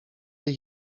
ich